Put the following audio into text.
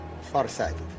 farsighted